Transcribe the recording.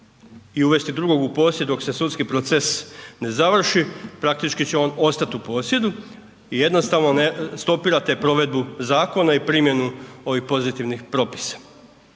i uvesti drugog u posjed dok se sudski proces ne završi, praktički će on ostati u posjedu i jednostavno stopirate provedbu zakona i primjenu ovih pozitivnih propisa.